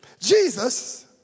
Jesus